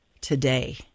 today